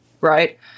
Right